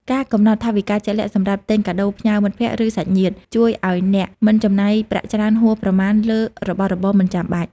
ការកំណត់ថវិកាជាក់លាក់សម្រាប់ទិញកាដូផ្ញើមិត្តភក្តិ ឬ សាច់ញាតិ ជួយឱ្យអ្នកមិនចំណាយប្រាក់ច្រើនហួសប្រមាណលើរបស់របរមិនចាំបាច់។